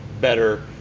better